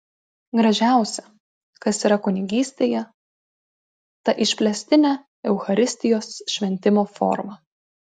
gražiausia kas yra kunigystėje ta išplėstinė eucharistijos šventimo forma